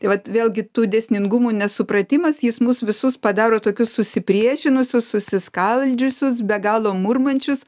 tai vat vėlgi tų dėsningumų nesupratimas jis mus visus padaro tokius susipriešinusius susiskaldžiusius be galo murmančius